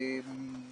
הנטייה.